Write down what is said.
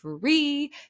free